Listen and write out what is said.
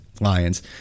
lions